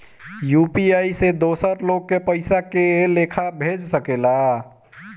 UPI से दोसर लोग के पइसा के लेखा भेज सकेला?